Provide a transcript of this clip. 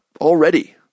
already